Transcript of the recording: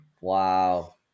wow